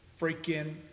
freaking